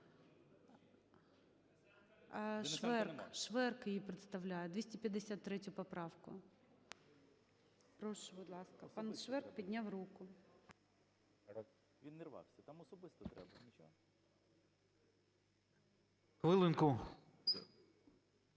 Шверк її представляє, 253 поправку. Прошу, будь ласка. Пан Шверк підняв руку. 13:56:35